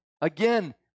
Again